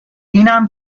اینم